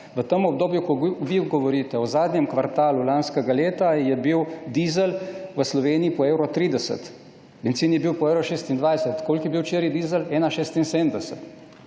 V tem obdobju, o katerem vi govorite, o zadnjem kvartalu lanskega leta, je bil dizel v Sloveniji po 1,30 evra, bencin je bil po 1,26 evra. Koliko je bil včeraj dizel? 1,76